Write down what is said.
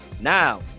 Now